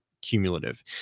cumulative